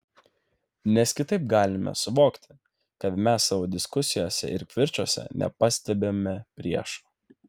nes kitaip galime suvokti kad mes savo diskusijose ir kivirčuose nepastebime priešo